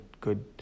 good